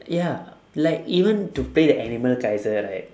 ya like even to play the animal kaiser right